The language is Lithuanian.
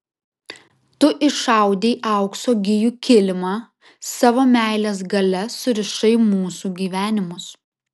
tu išaudei aukso gijų kilimą savo meilės galia surišai mūsų gyvenimus